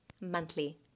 monthly